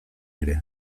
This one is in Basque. ere